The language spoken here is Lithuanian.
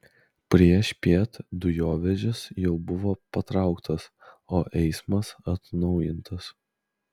priešpiet dujovežis jau buvo patrauktas o eismas atnaujintas